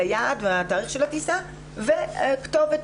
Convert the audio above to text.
היעד ותאריך הטיסה וכתובת